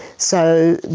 so,